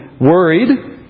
worried